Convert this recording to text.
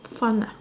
fun lah